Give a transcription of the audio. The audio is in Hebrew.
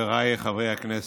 חבריי חברי הכנסת,